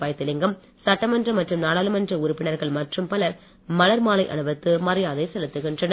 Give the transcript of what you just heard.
வைத்திலிங்கம் சட்டமன்ற மற்றும் நாடளுமன்ற உறுப்பினர்கள் மற்றும் பலர் மலர் மாலை அணிவித்து மரியாதை செலுத்துகின்றனர்